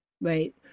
right